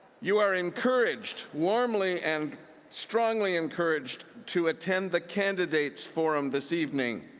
you are encouraged, warm ly and strongly encouraged, to attend the candidate's forum this evening,